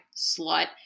slut